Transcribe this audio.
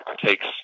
takes